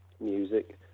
music